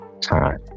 time